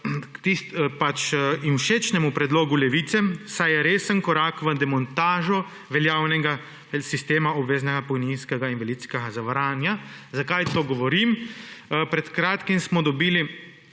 in všečnemu predlogu Levice, saj je resen korak v demontažo veljavnega sistema obveznega pokojninskega in invalidskega zavarovanja. Zakaj to govorim? Pred kratkim smo dobili